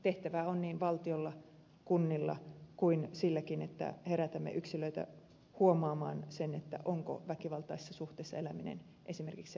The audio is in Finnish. tehtävää on niin valtiolla kunnilla kuin siinäkin että herätämme yksilöitä huomaamaan sen onko väkivaltaisessa suhteessa eläminen esimerkiksi ainoa mahdollisuus